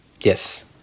Yes